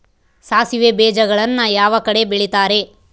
ಸಾಸಿವೆ ಬೇಜಗಳನ್ನ ಯಾವ ಕಡೆ ಬೆಳಿತಾರೆ?